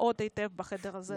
מהדהדות באולם זה היום.